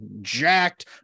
jacked